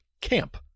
camp